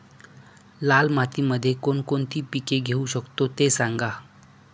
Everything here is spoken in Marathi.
लाल मातीमध्ये कोणकोणती पिके घेऊ शकतो, ते सांगा